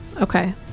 Okay